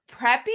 preppy